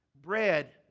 bread